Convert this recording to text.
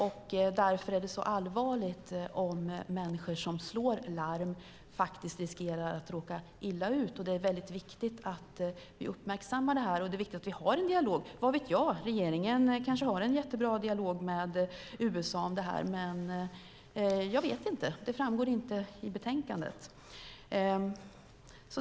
Därför är det så allvarligt om människor som slår larm riskerar att råka illa ut. Det är väldigt viktigt att vi uppmärksammar detta och har en dialog. Vad vet jag - regeringen kanske har en jättebra dialog med USA om detta, men det framgår inte i betänkandet.